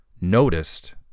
noticed